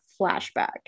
flashback